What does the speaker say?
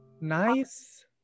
nice